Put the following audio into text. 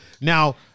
now